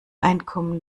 einkommen